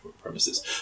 premises